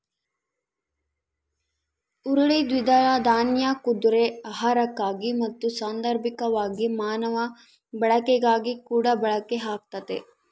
ಹುರುಳಿ ದ್ವಿದಳ ದಾನ್ಯ ಕುದುರೆ ಆಹಾರಕ್ಕಾಗಿ ಮತ್ತು ಸಾಂದರ್ಭಿಕವಾಗಿ ಮಾನವ ಬಳಕೆಗಾಗಿಕೂಡ ಬಳಕೆ ಆಗ್ತತೆ